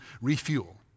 refuel